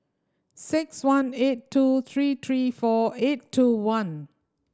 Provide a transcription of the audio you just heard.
six one eight two three three four eight two one